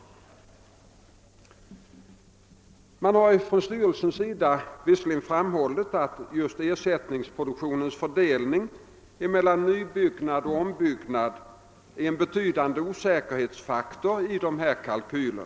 Från bostadsstyrelsens sida har framhållits att just ersättningsproduktionens fördelning mellan nybyggnad och ombyggnad är en betydande osäkerhetsfaktor i dessa kalkyler.